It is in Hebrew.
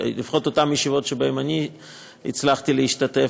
לפחות אותן ישיבות שבהן הצלחתי להשתתף,